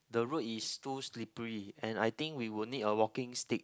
the road is too slippery and I think we would need a walking stick